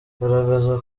garagaza